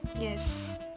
Yes